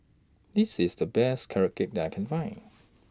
This IS The Best Carrot Cake that I Can Find